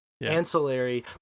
ancillary